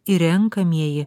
ir renkamieji